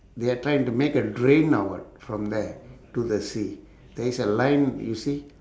they are trying to make a drain or what from there to the sea there's a line you see